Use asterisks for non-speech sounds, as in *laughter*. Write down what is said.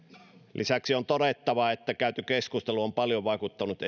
lisäksi on todettava että käyty keskustelu on paljon vaikuttanut *unintelligible*